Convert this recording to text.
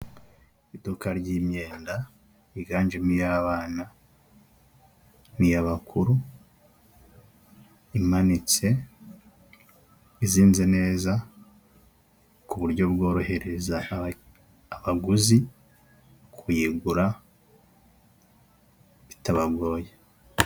Iduka ry'imyenda, higanjemo iy'abana n'iy'abakuru imanitse izinze neza, ku buryo bworohereza abaguzi kuyigura bitabagoye.